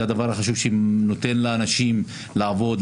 זה הדבר החשוב שנותן לאנשים לעבוד,